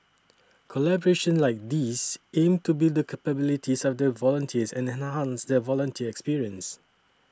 collaborations like these aim to build the capabilities of the volunteers and enhance the volunteer experience